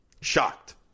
Shocked